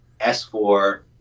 S4